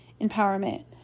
empowerment